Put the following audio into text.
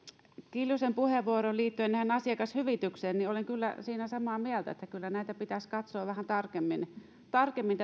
kiljusen puheenvuoroon liittyen näihin asiakashyvityksiin olen kyllä siinä samaa mieltä että kyllä tätä meidän eläkevakuutusjärjestelmää pitäisi katsoa vähän tarkemmin tarkemmin